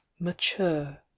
mature